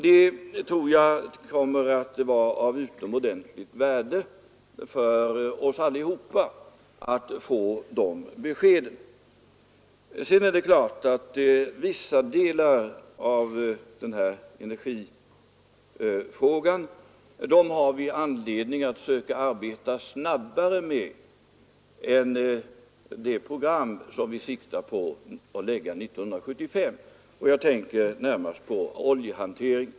Det kommer också att vara av utomordentligt värde för oss alla att få de beskeden. Det är också klart att vissa delar av energifrågan har vi anledning att arbeta snabbare med än med det program som vi syftar till att lägga fram 1975. Jag tänker då närmast på oljehanteringen.